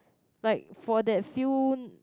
like for that few